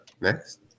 Next